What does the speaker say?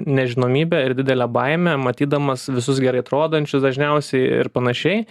nežinomybę ir didelę baimę matydamas visus gerai atrodančius dažniausiai ir panašiai